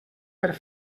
per